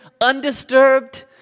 undisturbed